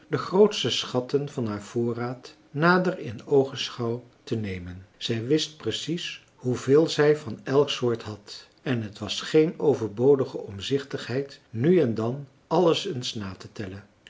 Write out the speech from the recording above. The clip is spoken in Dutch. de grootste schatten van haar voorraad nader in oogenschouw te nemen zij wist precies hoeveel zij van elke soort had en het was geen overbodige omzichtigheid nu en dan alles eens natetellen